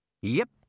Yep